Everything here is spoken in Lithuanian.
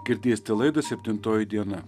girdėsite laidą septintoji diena